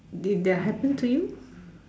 did that happen to you